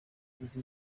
inzu